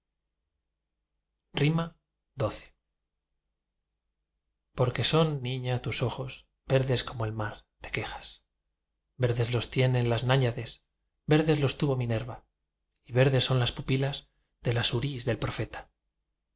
xii porque son niña tus ojos verdes como el mar te quejas verdes los tienen las náyades verdes los tuvo minerva y verdes son las pupilas de las hurís del profeta